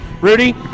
Rudy